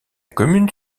commune